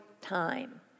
time